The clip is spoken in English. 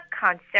concert